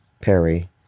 Perry